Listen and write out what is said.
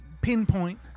pinpoint